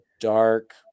dark